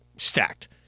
stacked